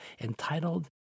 entitled